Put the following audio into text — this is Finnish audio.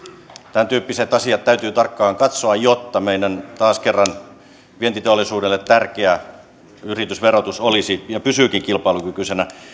tämäntyyppiset asiat täytyy tarkkaan katsoa jotta taas kerran meidän vientiteollisuudelle tärkeä yritysverotus olisi ja pysyykin kilpailukykyisenä